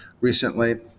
recently